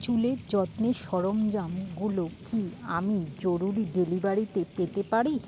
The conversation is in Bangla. চুলের যত্নের সরঞ্জামগুলো কি আমি জরুরি ডেলিভারিতে পেতে পারি